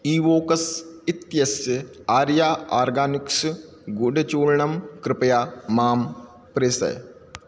ईवोकस् इत्यस्य आर्या आर्गानिक्स् गुडचूर्णं कृपया मां प्रेषय